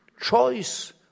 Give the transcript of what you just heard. choice